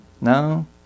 No